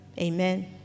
Amen